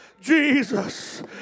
Jesus